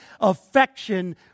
affection